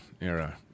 era